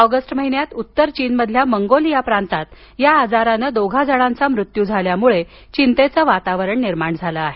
August महिन्यात उत्तर चीनमधील मंगोलिया प्रांतात या आजाराने दोघाजणांचा मृत्यू झाल्यानंतर चिंतेच वातावरण निर्माण झालं आहे